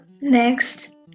next